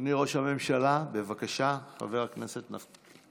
יושב-ראש הכנסת חבר הכנסת מיקי לוי,